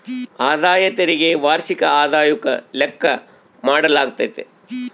ಆದಾಯ ತೆರಿಗೆ ವಾರ್ಷಿಕ ಆದಾಯುಕ್ಕ ಲೆಕ್ಕ ಮಾಡಾಲಾಗ್ತತೆ